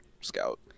Scout